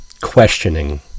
questioning